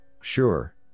Sure